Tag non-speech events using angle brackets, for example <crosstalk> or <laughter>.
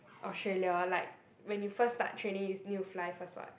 Australia like <noise> when you first start training you s~ need to fly first [what]